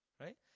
Right